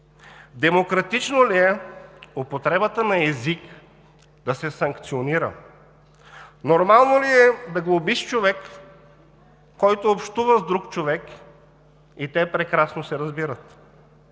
Демократично ли е употребата на език да се санкционира? Нормално ли е да глобиш човек, който общува с друг човек и те прекрасно се разбират?